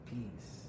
Peace